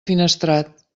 finestrat